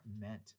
meant